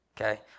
okay